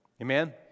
Amen